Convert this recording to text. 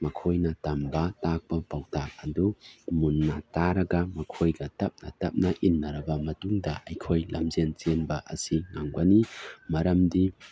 ꯃꯈꯣꯏꯅ ꯇꯝꯕ ꯇꯥꯛꯄ ꯄꯥꯎꯇꯥꯛ ꯑꯗꯨ ꯃꯨꯟꯅ ꯇꯥꯔꯒ ꯃꯈꯣꯏꯒ ꯇꯞꯅ ꯇꯞꯅ ꯏꯟꯅꯔꯕ ꯃꯇꯨꯡꯗ ꯑꯩꯈꯣꯏ ꯂꯝꯖꯦꯟ ꯆꯦꯟꯕ ꯑꯁꯤ ꯉꯝꯒꯅꯤ ꯃꯔꯝꯗꯤ